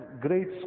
great